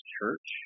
Church